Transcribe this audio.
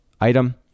item